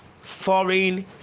foreign